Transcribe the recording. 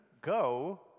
go